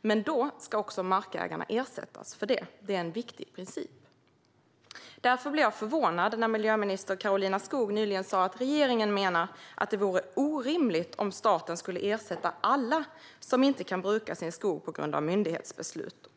Men då ska också markägarna ersättas för detta. Det är en viktig princip. Därför blev jag förvånad när miljöminister Karolina Skog nyligen sa att regeringen menar att det vore orimligt om staten skulle ersätta alla som inte kan bruka sin skog på grund av myndighetsbeslut.